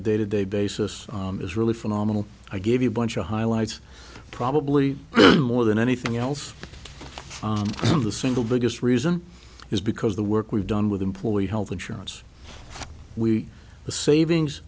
a day to day basis is really phenomenal i gave you a bunch of highlights probably more than anything else one of the single biggest reason is because the work we've done with employee health insurance we the savings